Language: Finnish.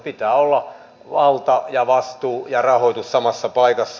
pitää olla valta ja vastuu ja rahoitus samassa paikassa